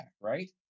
right